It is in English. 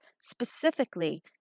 specifically